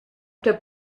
der